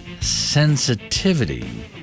sensitivity